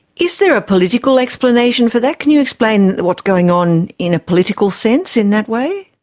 is there a political explanation for that? can you explain what's going on in a political sense in that way?